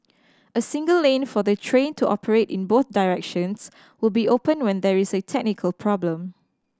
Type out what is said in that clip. a single lane for the train to operate in both directions will be open when there is a technical problem